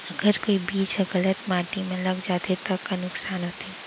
अगर कोई बीज ह गलत माटी म लग जाथे त का नुकसान होथे?